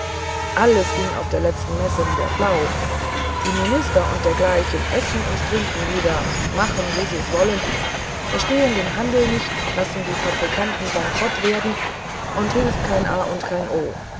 alles ging auf der letzten messe wieder flau die minister und dergleichen essen und trinken wieder machen wie sie es wollen verstehen den handel nicht lassen die fabrikanten bankrott werden und hilft kein a und kein